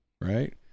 right